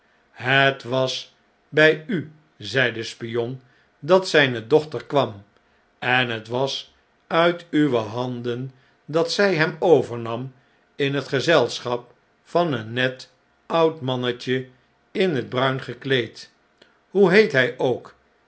het was bij u zei de spion dat zjjne dochter kwam en het was nit uwe handen dat zjj hem overnam in het gezelschap van een net oud mannetje in het bruin gekleed hoe heet hij ook